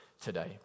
today